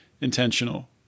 intentional